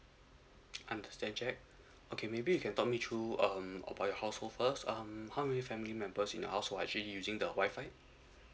understand cik okay maybe you can talk me through um about your household first um how many family members in your house would actually using the Wi-Fi